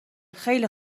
خیلی